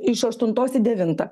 iš aštuntos į devintą